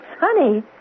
Honey